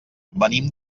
venim